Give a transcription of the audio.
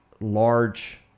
large